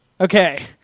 Okay